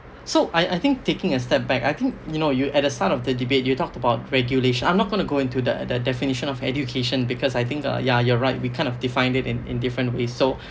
so I I think taking a step back I think you know you at the start of the debate you talked about regulation I'm not going to go into the the definition of education because I think the ya you're right we kind of defined it in in different ways so